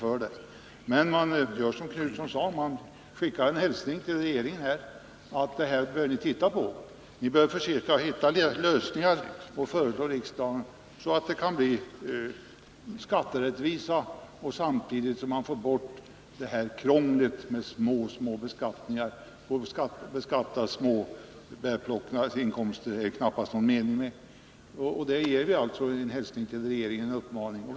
Man gör som Göthe Knutson sade, man skickar en hälsning till regeringen att det här är något som regeringen bör titta på och försöka hitta lösningar på samt att regeringen bör förelägga riksdagen ett förslag som innebär skatterättvisa och som samtidigt innebär att vi slipper krånglet med beskattning av små inkomster. Att beskatta bärplockarnas små inkomster är det väl knappast någon mening med. Det är alltså en hälsning och samtidigt en uppmaning till regeringen.